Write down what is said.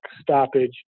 stoppage